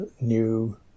new